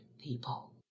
people